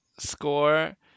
Score